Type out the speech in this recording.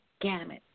gamut